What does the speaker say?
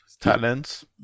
talents